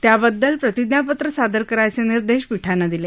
त्याबद्दल प्रतीज्ञापत्र सादर करायचे निर्देश पीठानं दिले